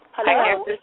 Hello